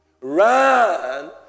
Run